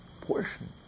portion